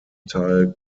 teil